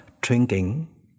drinking